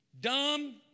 Dumb